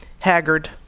haggard